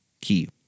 Key